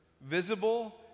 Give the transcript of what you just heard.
visible